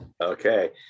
okay